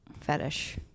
fetish